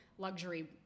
luxury